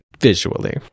visually